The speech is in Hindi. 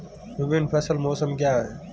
विभिन्न फसल मौसम क्या हैं?